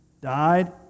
died